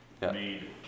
made